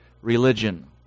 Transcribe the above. religion